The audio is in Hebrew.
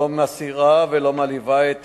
לא מסעירה ולא מלהיבה את